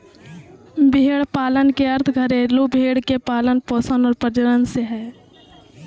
भेड़ पालन के अर्थ घरेलू भेड़ के पालन पोषण आर प्रजनन से हइ